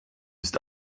ist